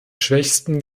schwächsten